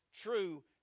true